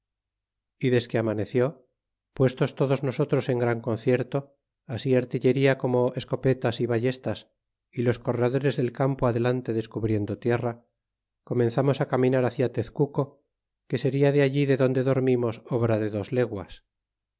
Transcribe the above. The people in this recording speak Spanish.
y desque amaneció puesios todos nosotros en gran concierto así artillería romo escopetas y ballesias y los corredores del campo adelante descubriendo tierra comenzamos caminar hcia ten tico que seria tle al li de donde dormimos obra de dos legnas é